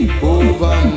over